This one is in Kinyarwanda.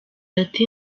ati